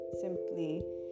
simply